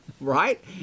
Right